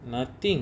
nothing